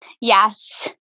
Yes